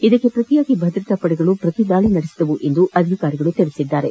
ಇದಕ್ಕೆ ಪ್ರತಿಯಾಗಿ ಭದ್ರತಾ ಪಡೆಗಳು ಪ್ರತಿ ದಾಳಿ ನಡೆಸಿದವು ಎಂದು ಅಧಿಕಾರಿಗಳು ತಿಳಿಸಿದ್ದಾರೆ